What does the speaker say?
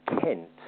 Kent